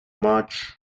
much